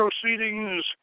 proceedings